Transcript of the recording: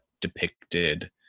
depicted